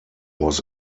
was